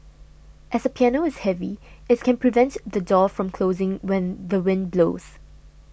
as a piano is heavy it can prevent the door from closing when the wind blows